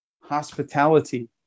hospitality